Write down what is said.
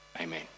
Amen